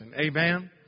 Amen